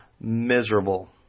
miserable